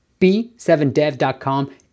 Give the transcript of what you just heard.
B7dev.com